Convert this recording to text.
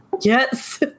Yes